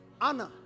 honor